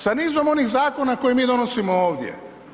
Sa nizom onih zakona koje mi donosimo ovdje.